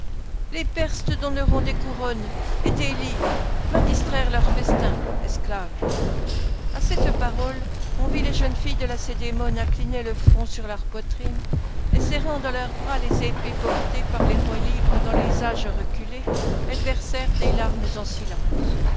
les perses te donneront des couronnes et des lyres va distraire leurs festins esclave à cette parole on vit les jeunes filles de lacédémone incliner le front sur leurs poitrines et serrant dans leurs bras les épées portées par les rois libres dans les âges reculés elles versèrent des larmes en silence